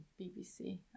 BBC